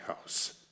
house